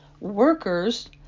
workers